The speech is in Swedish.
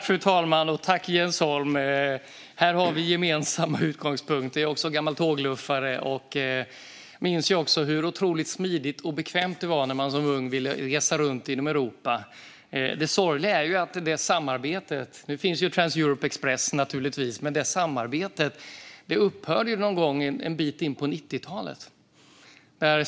Fru talman! Här har vi gemensamma utgångspunkter. Även jag är en gammal tågluffare och minns hur otroligt smidigt och bekvämt det var när man som ung ville resa runt inom Europa. Visserligen finns Trans Europ Express, men det samarbete som fanns upphörde sorgligt nog någon gång på 90-talet.